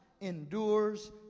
endures